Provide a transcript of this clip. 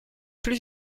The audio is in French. plus